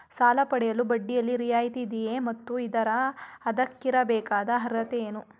ಸಾಲ ಪಡೆಯಲು ಬಡ್ಡಿಯಲ್ಲಿ ರಿಯಾಯಿತಿ ಇದೆಯೇ ಮತ್ತು ಇದ್ದರೆ ಅದಕ್ಕಿರಬೇಕಾದ ಅರ್ಹತೆ ಏನು?